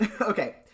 Okay